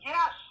Yes